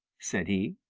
said he.